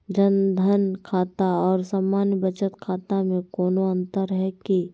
जन धन खाता और सामान्य बचत खाता में कोनो अंतर है की?